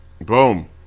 boom